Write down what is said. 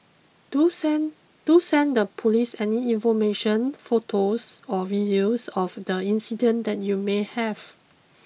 do send do send the police any information photos or videos of the incident that you may have